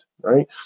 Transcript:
right